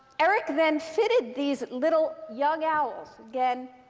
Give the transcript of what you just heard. eric then fitted these little young owls again,